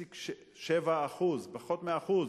0.7%, פחות מ-1%,